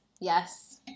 Yes